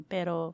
Pero